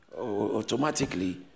automatically